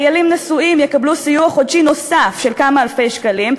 חיילים נשואים יקבלו סיוע חודשי נוסף של כמה אלפי שקלים.